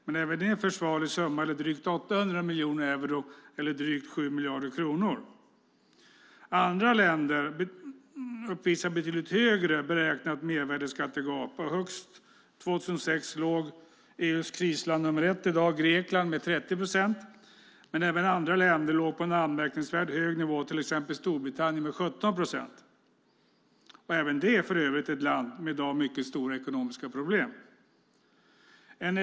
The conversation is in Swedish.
Även där är det är en försvarlig summa - drygt 800 miljoner euro, drygt 7 miljarder kronor. Andra länder uppvisar betydligt högre beräknat mervärdesskattegap. Högst år 2006 låg EU:s krisland nummer ett i dag, Grekland, med 30 procent. Även andra länder låg på en anmärkningsvärt hög nivå, till exempel Storbritannien - även det för övrigt ett land med mycket stora ekonomiska problem - med sina 17 procent.